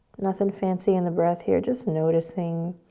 nothing fancy in the breath here, just noticing.